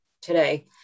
today